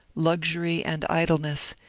luxury and idleness,